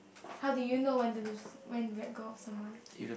how do you know when to lose when to let go of someone